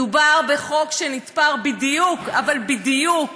מדובר בחוק שנתפר בדיוק, אבל בדיוק,